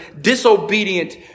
disobedient